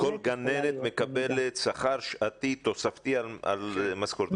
כל גננת מקבלת שכר שעתי תוספתי על משכורתה.